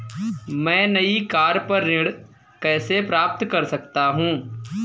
मैं नई कार पर ऋण कैसे प्राप्त कर सकता हूँ?